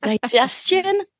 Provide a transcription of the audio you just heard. digestion